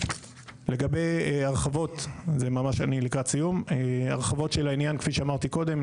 לגבי הרחבות של העניין, כפי שאמרתי קודם.